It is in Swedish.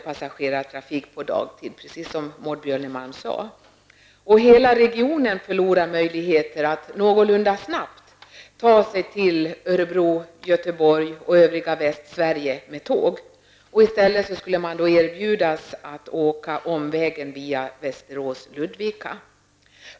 Inom hela regionen skulle man förlora möjligheterna att någorlunda snabbt ta sig till Örebro, Göteborg och övriga Västsverige med tåg. I stället skulle man erbjudas att åka omvägen via Västerås--Ludvika.